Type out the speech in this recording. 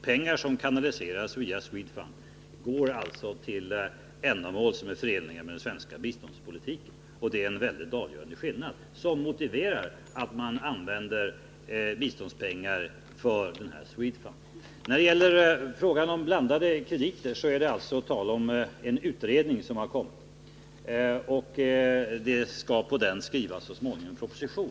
Pengar som kanaliseras via SWEDFUND går alltså till ändamål som är förenliga med den svenska biståndspolitiken. Det är en avgörande skillnad, som motiverar att man använder biståndspengar för SWEDFUND. När det gäller frågan om blandade krediter är det alltså tal om en utredning som har kommit, och på basis av den utredningens resultat skall det så småningom skrivas en proposition.